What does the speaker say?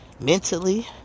mentally